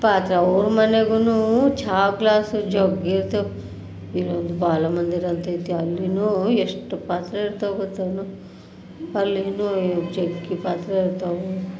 ಪಾತ್ರೆ ಅವ್ರು ಮನೆಗೂ ಚಹಾ ಗ್ಲಾಸು ಜಗ್ಗಿರ್ತಾವೆ ಇಲ್ಲೊಂದು ಬಾಲಮಂದಿರ ಅಂತೈತಿ ಅಲ್ಲಿಯೂ ಎಷ್ಟು ಪಾತ್ರೆ ಇರ್ತವೆ ಗೊತ್ತೇನು ಅಲ್ಲಿಯೂ ಜಗ್ಗಿ ಪಾತ್ರೆ ಇರ್ತವೆ